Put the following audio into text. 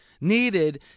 needed